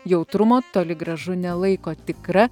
jautrumo toli gražu nelaiko tikra